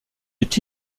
est